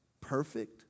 Perfect